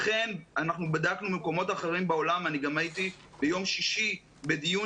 אכן אנחנו בדקנו מקומות אחרים בעולם ואני גם הייתי ביום שישי בדיון